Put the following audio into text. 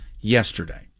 yesterday